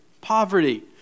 poverty